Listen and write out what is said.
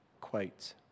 quote